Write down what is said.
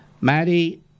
Maddie